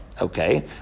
Okay